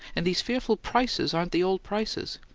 and these fearful prices aren't the old prices.